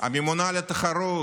הממונה על התחרות,